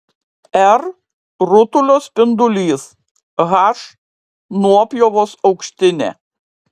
r rutulio spindulys h nuopjovos aukštinė